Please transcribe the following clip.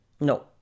no